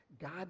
God